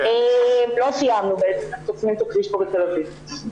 לא סיימנו בעצם, אנחנו חוסמים פה כביש בתל אביב.